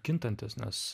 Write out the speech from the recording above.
kintantis nes